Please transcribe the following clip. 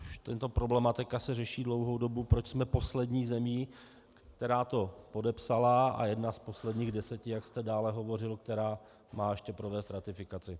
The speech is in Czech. Už tato problematika se řeší dlouhou dobu, proč jsme poslední zemí, která to podepsala a jedna z posledních deseti, jak jste dále hovořil, která má ještě provést ratifikaci?